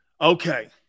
Okay